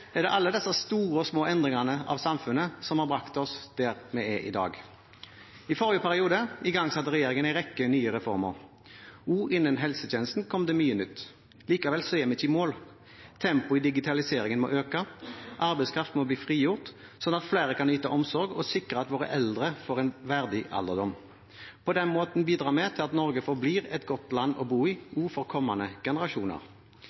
er det alle disse store og små endringene av samfunnet som har brakt oss dit vi er i dag. I forrige periode igangsatte regjeringen en rekke nye reformer. Også innen helsetjenesten kom det mye nytt. Likevel er vi ikke i mål. Tempoet i digitaliseringen må øke. Arbeidskraft må bli frigjort, slik at flere kan yte omsorg og sikre at våre eldre får en verdig alderdom. På den måten bidrar vi til at Norge forblir et godt land å bo i også for kommende generasjoner.